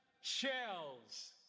shells